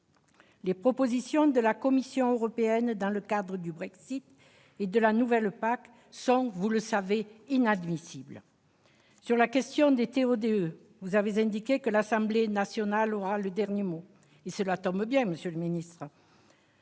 Les propositions de la Commission européenne dans le cadre du Brexit et de la nouvelle PAC sont, vous le savez, inadmissibles. Sur la question des TO-DE, vous avez indiqué que l'Assemblée nationale aurait le dernier mot- cela tombe bien monsieur le ministre,